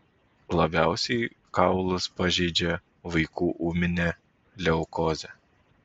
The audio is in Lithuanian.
labiausiai kaulus pažeidžia vaikų ūminė leukozė